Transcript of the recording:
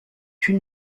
une